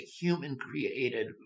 human-created